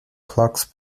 clocks